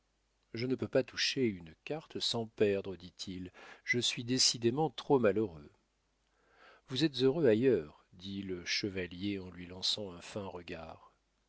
je ne peux pas toucher une carte sans perdre dit-il je suis décidément trop malheureux vous êtes heureux ailleurs dit le chevalier en lui lançant un fin regard